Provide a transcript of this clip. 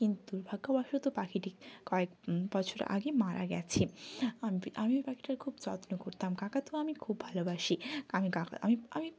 কিন্তু দুর্ভাগ্যবশত পাখিটি কয়েক বছর আগে মারা গেছে আমি ওই পাখিটার খুব যত্ন করতাম কাকাতুয়া আমি খুব ভালোবাসি আমি কাকা আমি আমি